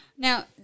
Now